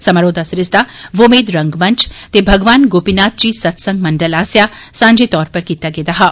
समारोह दा सरिस्ता वोमेद रंगमंच ते भगवान गोपीनाथ जी सतसंग मंडल आसेआ सांझे तौर पर कीता गेदा हा